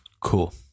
cool